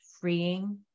freeing